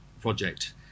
project